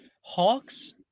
Hawks